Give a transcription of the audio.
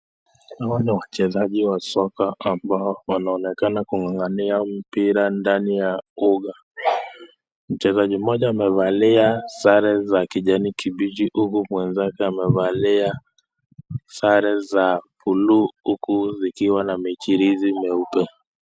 Naona wachezaji wa soka ambao wanaonekana kung'ang'ania mpira ndani ya uga, mchezaji mmoja amevalia sare za kijani kibichi huku mwenzake amevalia sare za blue huku zikiwa na michirizi meupe.